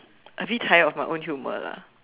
a bit tired of my own humour lah